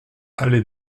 allée